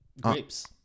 grapes